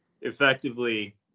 Effectively